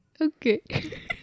Okay